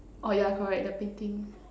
oh yeah correct the painting